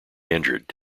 injured